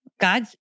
God